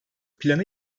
planı